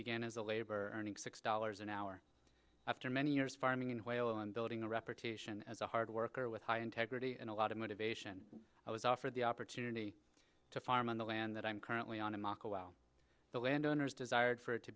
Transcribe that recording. began as a laborer earning six dollars an hour after many years farming and building a reputation as a hard worker with high integrity and a lot of motivation i was offered the opportunity to farm on the land that i am currently on and the landowners desired for it to